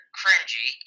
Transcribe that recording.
cringy